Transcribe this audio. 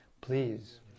please